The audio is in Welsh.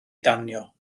danio